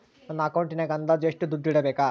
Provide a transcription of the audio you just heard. ನನ್ನ ಅಕೌಂಟಿನಾಗ ಅಂದಾಜು ಎಷ್ಟು ದುಡ್ಡು ಇಡಬೇಕಾ?